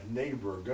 neighbor